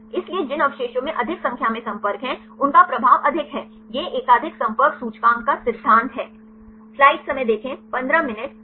इसलिए जिन अवशेषों में अधिक संख्या में संपर्क हैं उनका प्रभाव अधिक है यह एकाधिक संपर्क सूचकांक का सिद्धांत है